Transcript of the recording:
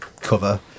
cover